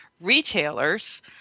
retailers